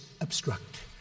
obstruct